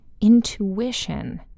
intuition